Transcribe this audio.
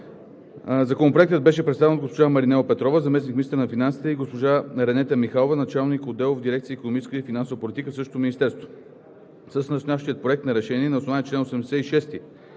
Законопроектът беше представен от госпожа Маринела Петрова – заместник-министър на финансите, и госпожа Ренета Михайлова – началник на отдел в дирекция „Икономическа и финансова политика“ в същото министерство. С настоящия проект на решение на основание чл. 86,